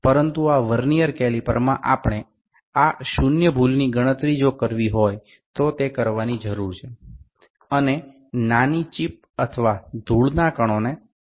তবে এই ভার্নিয়ার ক্যালিপারে যদি সেখানে শূন্য ত্রুটি থাকে তা পরিমাপ করা দরকার